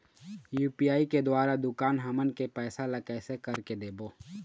UPI के द्वारा दुकान हमन के पैसा ला कैसे कर के देबो?